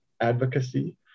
advocacy